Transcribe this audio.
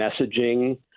messaging